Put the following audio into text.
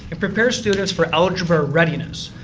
it prepares students for algebra readiness.